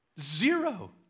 zero